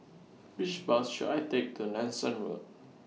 Which Bus should I Take to Nanson Road